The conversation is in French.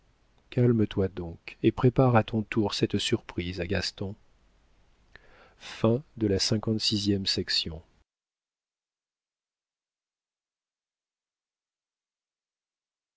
calme-toi donc et prépare à ton tour cette surprise à gaston